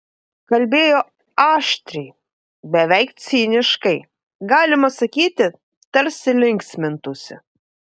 kalbėjo aštriai beveik ciniškai galima sakyti tarsi linksmintųsi